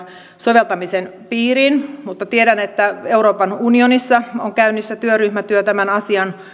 soveltamisen piiriin mutta tiedän että euroopan unionissa on käynnissä työryhmätyö tämän asian